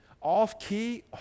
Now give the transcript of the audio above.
off-key